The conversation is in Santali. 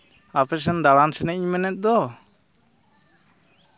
ᱟᱯᱮᱥᱮᱫ ᱫᱟᱬᱟᱱ ᱥᱮᱱᱚᱜ ᱤᱧ ᱢᱮᱱᱮᱫ ᱫᱚ